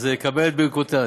אני מודיע לך,